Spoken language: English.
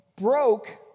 broke